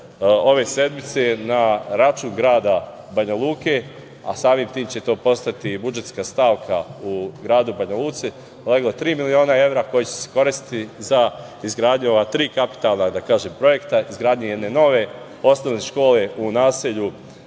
ove sedmice na račun grada Banja Luke, a samim tim će postati i budžetska stavka u gradu Banja Luci, leglo tri miliona evra koji će se koristiti za izgradnju ova tri kapitalna projekta, izgradnju jedne nove osnovne škole u naselju